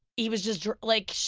he was just drunk, like